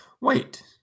Wait